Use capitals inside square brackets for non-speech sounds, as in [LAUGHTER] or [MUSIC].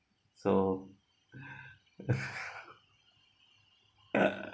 so [LAUGHS]